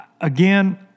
Again